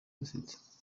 dufite